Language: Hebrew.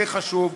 זה חשוב,